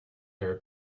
their